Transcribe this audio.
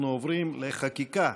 אנחנו עוברים לחקיקה.